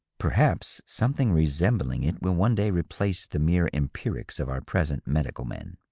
perhaps some thing resembling it will one day replace the mere empirics of our present medical men.